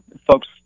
folks